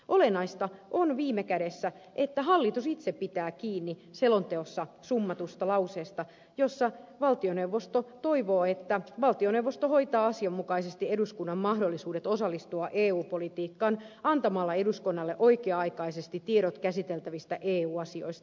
olennaista on viime kädessä että hallitus itse pitää kiinni selonteossa summatusta lauseesta jossa valtioneuvosto toivoo että valtioneuvosto hoitaa asianmukaisesti eduskunnan mahdollisuudet osallistua eu politiikkaan antamalla eduskunnalle oikea aikaisesti tiedot käsiteltävistä eu asioista